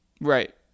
Right